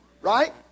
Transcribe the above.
right